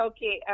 Okay